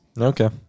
Okay